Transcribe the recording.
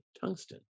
tungsten